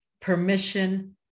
permission